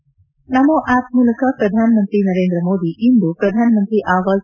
head NaMo app ಮೂಲಕ ಪ್ರಧಾನಮಂತ್ರಿ ನರೇಂದ್ರ ಮೋದಿ ಇಂದು ಪ್ರಧಾನಮಂತ್ರಿ ಆವಾಸ್